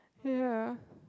ya